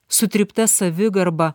sutrypta savigarba